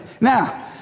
Now